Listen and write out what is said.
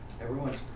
Everyone's